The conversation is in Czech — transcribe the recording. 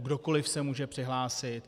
Kdokoli se může přihlásit.